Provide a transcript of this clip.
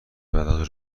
بعدازظهر